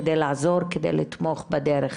כדי לעזור וכדי לתמוך בדרך.